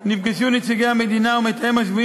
נפגשו נציגי המדינה והמתאם לענייני שבויים